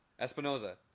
Espinoza